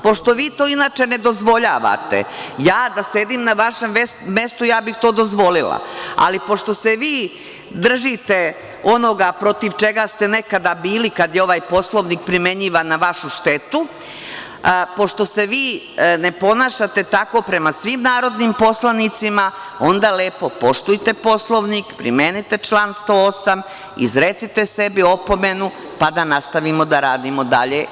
Pošto vi to inače ne dozvoljavate, ja da sedim na vašem mestu, ja bih to dozvolila, ali pošto se vi držite onoga protiv čega ste nekada bili kada je ovaj Poslovnik primenjivan na vašu štetu, pošto se vi ne ponašate tako prema svim narodnim poslanicima, onda lepo poštujte Poslovnik, primenite član 108, izrecite sebi opomenu, pa da nastavimo da radimo dalje.